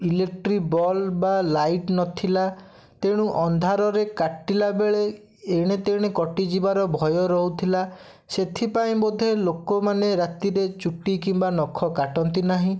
electric bulb ବା light ନଥିଲା ତେଣୁ ଅନ୍ଧାରରେ କାଟିଲାବେଳେ ଏଣେ ତେଣେ କଟିଯିବାର ଭୟ ରହୁଥିଲା ସେଥିପାଇଁ ବୋଧେ ଲୋକମାନେ ରାତିରେ ଚୁଟି କିମ୍ବା ନଖ କାଟନ୍ତି ନାହିଁ